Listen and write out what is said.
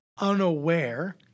unaware